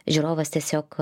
žiūrovas tiesiog